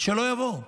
שלא יבואו.